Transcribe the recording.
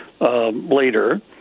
later